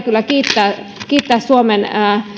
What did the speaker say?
kyllä kiittää suomen